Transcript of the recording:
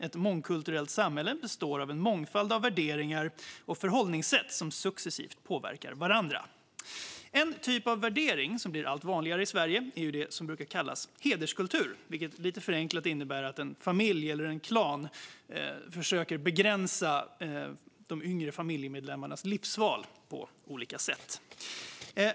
Ett mångkulturellt samhälle består av en mångfald av värderingar och förhållningssätt som successivt påverkar varandra. En typ av värdering som blir allt vanligare i Sverige är det som brukar kallas hederskultur, vilket lite förenklat innebär att en familj eller en klan på olika sätt försöker begränsa de yngre familjemedlemmarnas livsval.